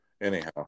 anyhow